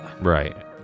right